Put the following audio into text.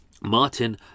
Martin